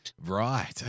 Right